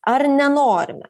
ar nenorime